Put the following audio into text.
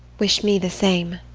wish me the same.